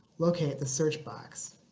locate the search box.